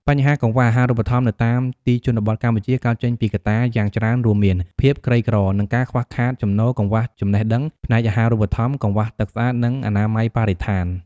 បញ្ហាកង្វះអាហារូបត្ថម្ភនៅតាមទីជនបទកម្ពុជា កើតចេញពីកត្តាយ៉ាងច្រើនរួមមាន ភាពក្រីក្រ និងការខ្វះខាតចំណូល កង្វះចំណេះដឹងផ្នែកអាហារូបត្ថម្ភ កង្វះទឹកស្អាត និងអនាម័យបរិស្ថាន។